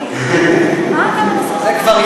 יש כאלה